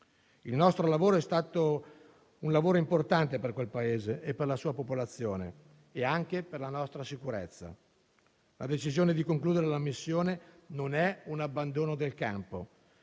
Il nostro lavoro è stato importante per quel Paese, per la sua popolazione e anche per la nostra sicurezza. La decisione di concludere la missione non è un abbandono del campo;